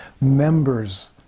members